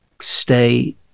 stay